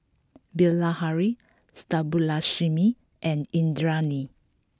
Bilahari Subbulakshmi and Indranee